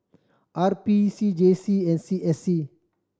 R P C J C and C S C